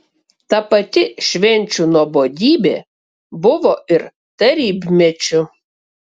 ta pati švenčių nuobodybė buvo ir tarybmečiu